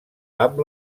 amb